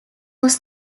was